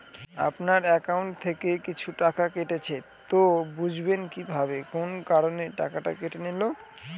আপনার একাউন্ট থেকে কিছু টাকা কেটেছে তো বুঝবেন কিভাবে কোন কারণে টাকাটা কেটে নিল?